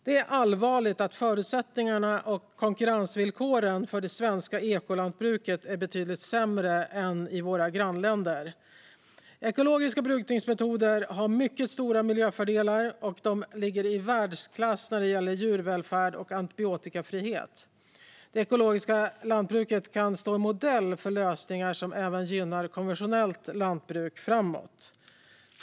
Det är allvarligt att förutsättningarna och konkurrensvillkoren för det svenska ekolantbruket är betydligt sämre än i våra grannländer. Ekologiska brukningsmetoder har mycket stora miljöfördelar, och de ligger i världsklass när det gäller djurvälfärd och antibiotikafrihet. Det ekologiska lantbruket kan stå modell för lösningar som även gynnar konventionellt lantbruk framåt.